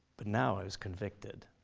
but now i was convicted.